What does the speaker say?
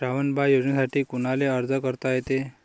श्रावण बाळ योजनेसाठी कुनाले अर्ज करता येते?